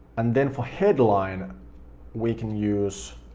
and then for headline we can use